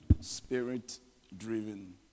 Spirit-driven